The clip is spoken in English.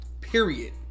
period